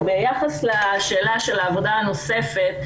ביחס לשאלה של העבודה הנוספת,